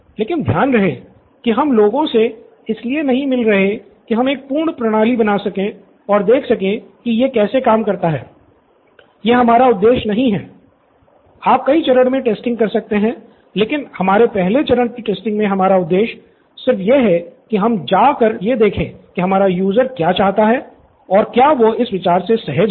लेकिन ध्यान रहे कि हम लोगों से इसलिए नहीं मिल रहे की हम एक पूर्ण प्रणाली बना सके और देख सके कि यह कैसे काम करता है यह हमारा उद्देश्य नहीं है आप कई चरण मे टेस्टिंग कर सकते हैं लेकिन हमारे पहले चरण की टेस्टिंग मे हमारा उद्देश्य सिर्फ ये है की हम जा कर यह देखें की हमारा यूज़र से सहज है